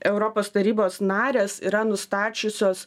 europos tarybos narės yra nustačiusios